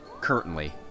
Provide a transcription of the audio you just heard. Currently